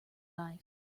life